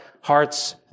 heart's